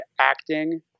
acting